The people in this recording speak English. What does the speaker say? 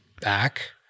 back